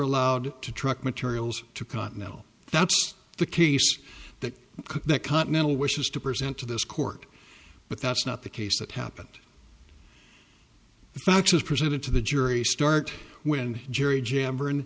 allowed to truck materials to continental that's the case that continental wishes to present to this court but that's not the case that happened the facts as presented to the jury start when gerry j am